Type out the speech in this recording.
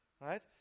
Right